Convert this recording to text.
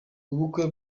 ubukwe